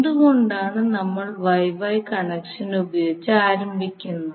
എന്തുകൊണ്ടാണ് നമ്മൾ YY connection ഉപയോഗിച്ച് ആരംഭിക്കുന്നത്